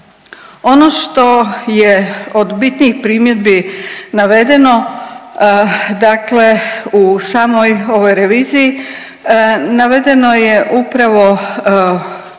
Ono što je od bitnijih primjedbi navedeno, dakle u samoj ovoj reviziji navedeno je upravo